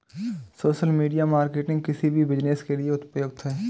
social media marketing किसी भी business के लिए उपयुक्त है